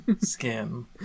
skin